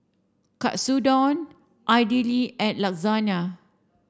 Katsudon Idili and Lasagna